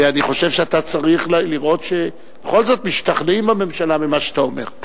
ואני חושב שאתה צריך לראות שבכל זאת משתכנעים בממשלה ממה שאתה אומר.